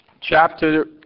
chapter